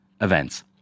events